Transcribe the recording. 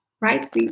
right